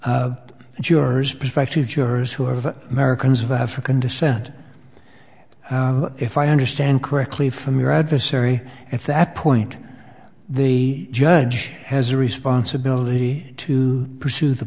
for jurors prospective jurors who are of americans of african descent if i understand correctly from your adversary if that point the judge has a responsibility to pursue the